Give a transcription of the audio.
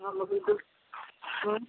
अमरुद